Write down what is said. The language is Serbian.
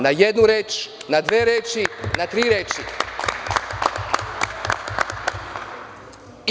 Na jednu reč, na dve reči, na tri reč.